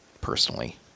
personally